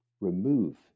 Remove